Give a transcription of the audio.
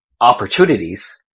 opportunities